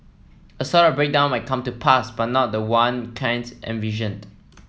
a sort of breakdown might come to pass but not the one Keynes envisioned